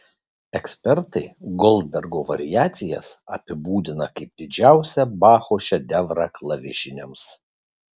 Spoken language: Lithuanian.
ekspertai goldbergo variacijas apibūdina kaip didžiausią bacho šedevrą klavišiniams